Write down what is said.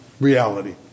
reality